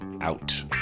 Out